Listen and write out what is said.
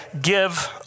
give